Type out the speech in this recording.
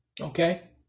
Okay